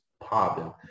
popping